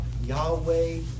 Yahweh